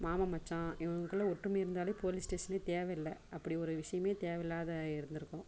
மாமன் மச்சான் இவங்களுக்குள்ள ஒற்றுமை இருந்தாலே போலீஸ் ஸ்டேஷனே தேவைல்ல அப்படி ஒரு விஷயமே தேவையில்லாத இருந்திருக்கும்